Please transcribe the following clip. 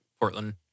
Portland